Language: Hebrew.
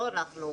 לא אנחנו,